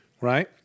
right